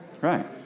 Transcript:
Right